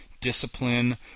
discipline